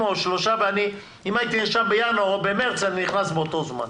אם הייתי נרשם בינואר או במרץ א ני נכנס באותו זמן.